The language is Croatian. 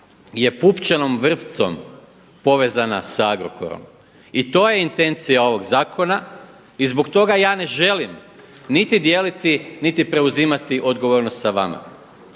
je pupčanom vrpcom povezana sa Agrokorom. I to je intencija ovoga zakona i zbog toga ja ne želim niti dijeliti niti preuzimati odgovornost sa vama.